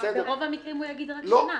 ברוב המקרים הוא יגיד רק שנה.